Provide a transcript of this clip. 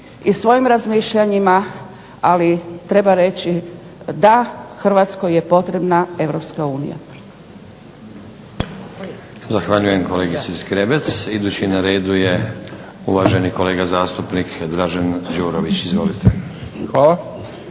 i svojim mišljenjima, ali treba reći Da, Hrvatskoj je potrebna europska unija.